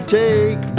take